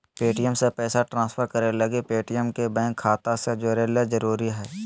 Paytm से पैसा transfer करे लगी पेटीएम के बैंक खाता से जोड़े ल जरूरी हय